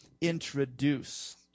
introduce